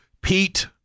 Pete